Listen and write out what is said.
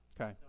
Okay